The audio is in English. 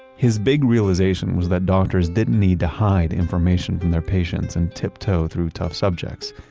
his big realization was that doctors didn't need to hide information from their patients and tiptoe through tough subjects.